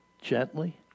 Gently